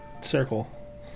circle